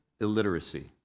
illiteracy